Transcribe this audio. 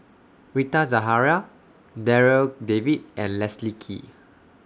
Rita Zahara Darryl David and Leslie Kee